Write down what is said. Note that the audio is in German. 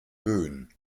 böen